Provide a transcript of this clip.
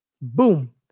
boom